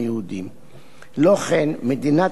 לא כן, מדינת ישראל מחויבת